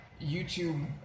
YouTube